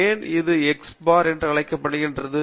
ஏன் இது x bar என்று அழைக்கப்படுகிறது